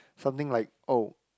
something like oh